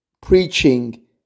preaching